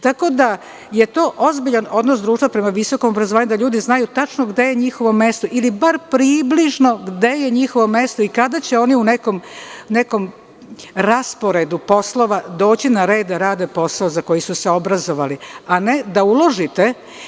To je ozbiljan odnos društva prema visokom obrazovanju, da ljudi znaju tačno gde je njihovo mesto ili bar približno gde je njihovo mesto ikada će oni u nekom rasporedu poslova doći na red da rade posao za koji su se obrazovali, a ne da uložite.